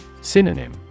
Synonym